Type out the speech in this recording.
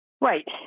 Right